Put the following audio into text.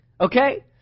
Okay